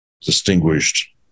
distinguished